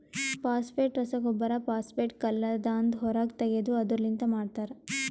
phosphate ರಸಗೊಬ್ಬರ phosphate ಕಲ್ಲದಾಂದ ಹೊರಗ್ ತೆಗೆದು ಅದುರ್ ಲಿಂತ ಮಾಡ್ತರ